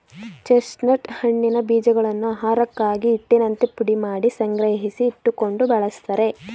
chestnut ಹಣ್ಣಿನ ಬೀಜಗಳನ್ನು ಆಹಾರಕ್ಕಾಗಿ, ಹಿಟ್ಟಿನಂತೆ ಪುಡಿಮಾಡಿ ಸಂಗ್ರಹಿಸಿ ಇಟ್ಟುಕೊಂಡು ಬಳ್ಸತ್ತರೆ